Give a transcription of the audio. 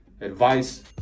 advice